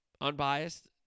Unbiased